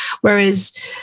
Whereas